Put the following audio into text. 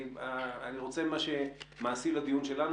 אני רוצה את מה שמעשי לדיון שלנו.